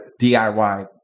DIY